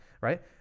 right